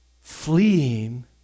fleeing